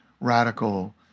radical